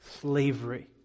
slavery